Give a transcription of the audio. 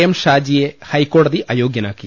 M ഷാജിയെ ഹൈക്കോടതി അയോഗ്യനാക്കി